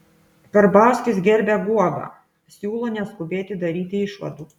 karbauskis gerbia guogą siūlo neskubėti daryti išvadų